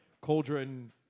cauldron